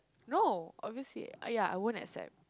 no obviously ya I won't accept